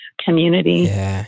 community